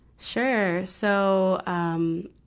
sure. so, um,